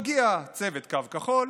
מגיע צוות קו כחול